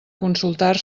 consultar